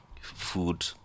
Food